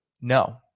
No